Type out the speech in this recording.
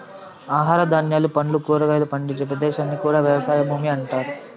ఆహార ధాన్యాలు, పండ్లు, కూరగాయలు పండించే ప్రదేశాన్ని కూడా వ్యవసాయ భూమి అని అంటారు